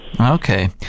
Okay